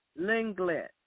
Linglet